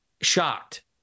shocked